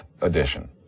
edition